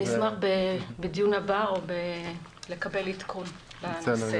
נשמח בדיון הבא לקבל עדכון בנושא.